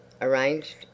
arranged